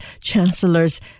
Chancellors